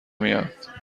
میاید